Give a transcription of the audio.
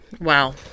Wow